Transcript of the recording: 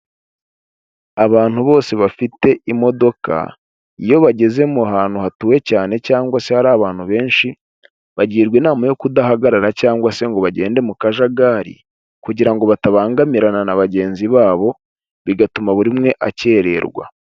Abantu bose bafite imodoka, iyo bageze mu hantu hatuwe cyane cyangwa se hari abantu benshi, bagirwa inama yo kudahagarara cyangwa se ngo bagende mu kajagari, kugira ngo batabangamirana na bagenzi babo bigatuma buri umwe akererwa.